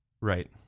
right